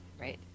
Right